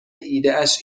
ایدهاش